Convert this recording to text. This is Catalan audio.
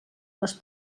les